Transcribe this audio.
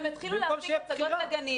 ברור, הם מקבלים את הכסף ככה.